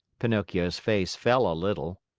pinocchio's face fell a little.